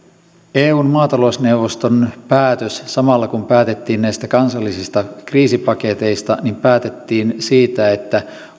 eun maatalousneuvoston päätöksellä samalla kun päätettiin näistä kansallisista kriisipaketeista päätettiin siitä että